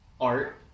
art